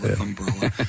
umbrella